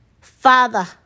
Father